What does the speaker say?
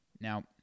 Now